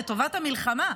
לטובת המלחמה,